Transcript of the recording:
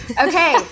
okay